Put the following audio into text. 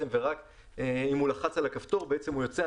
ורק אם הוא לחץ על הכפתור הוא יוצא.